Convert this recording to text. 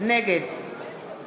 נגד